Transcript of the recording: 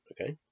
Okay